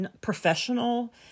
professional